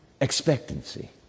expectancy